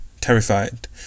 terrified